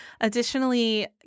Additionally